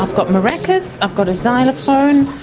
ah got maracas, i've got a xylophone,